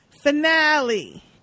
Finale